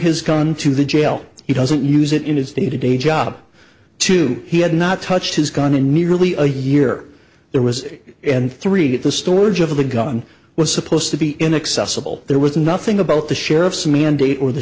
his gun to the jail he doesn't use it in his day to day job too he had not touched his gun in nearly a year there was and three that the storage of the gun was supposed to be inaccessible there was nothing about the sheriff's mandate or the